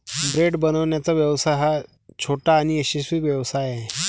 bread बनवण्याचा व्यवसाय हा छोटा आणि यशस्वी व्यवसाय आहे